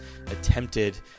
attempted